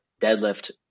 deadlift